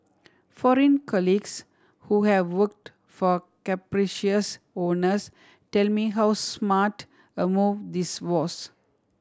foreign colleagues who have worked for capricious owners tell me how smart a move this was